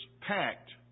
packed